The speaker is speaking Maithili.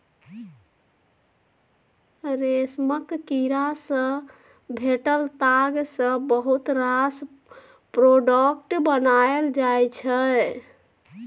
रेशमक कीड़ा सँ भेटल ताग सँ बहुत रास प्रोडक्ट बनाएल जाइ छै